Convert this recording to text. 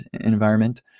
environment